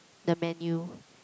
the menu